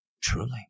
Truly